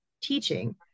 teaching